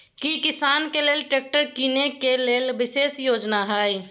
की किसान के लेल ट्रैक्टर कीनय के लेल विशेष योजना हय?